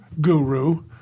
guru